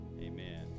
Amen